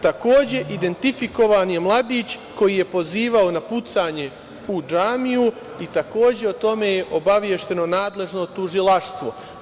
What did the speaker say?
Takođe, identifikovan je mladić koji je pozivao na pucanje u džamiju i takođe je o tome obavešteno nadležno tužilaštvo.